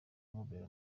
mobile